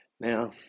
now